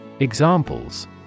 Examples